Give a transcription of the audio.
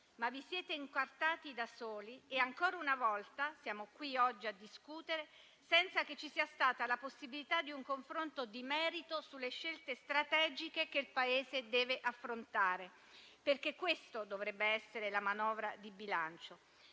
Ma vi siete incartati da soli e ancora una volta siamo qui oggi a discutere senza che ci sia stata la possibilità di un confronto di merito sulle scelte strategiche che il Paese deve affrontare: questo dovrebbe essere la manovra di bilancio.